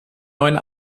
neuen